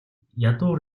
ядуу